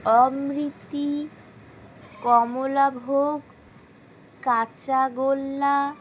অমৃতি কমলা ভোগ কাঁচা গোল্লা